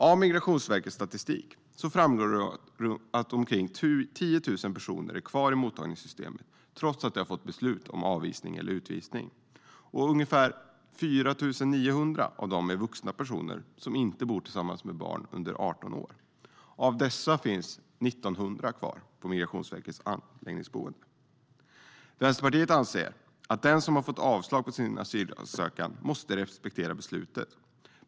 Av Migrationsverkets statistik framgår att omkring 10 000 personer är kvar i mottagningssystemet, trots att de har fått beslut om avvisning eller utvisning. Ungefär 4 900 av dem är vuxna personer som inte bor tillsammans med barn under 18 år. Av dessa finns 1 900 kvar på Migrationsverkets anläggningsboenden. Vänsterpartiet anser att den som har fått avslag på sin asylansökan måste respektera beslutet.